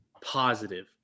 positive